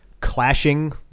clashing